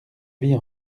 vie